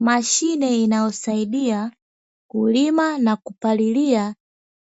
Mashine inayosaidia kulima na kupalilia